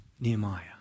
Nehemiah